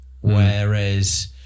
whereas